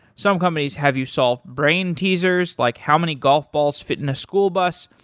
some companies have you solve brain teasers, like how many golf balls fit in a school bus,